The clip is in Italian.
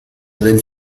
del